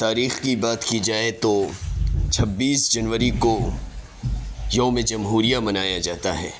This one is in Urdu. تاریخ کی بات کی جائے تو چھبیس جنوری کو یوم جمہوریہ منایا جاتا ہے